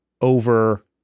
over